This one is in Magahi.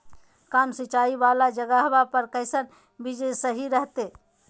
कम सिंचाई वाला जगहवा पर कैसन बीज सही रहते?